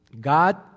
God